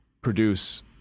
produce